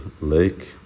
lake